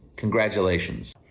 congratulations.